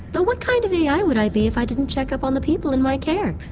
though what kind of a i would i be if i didn't check up on the people in my care?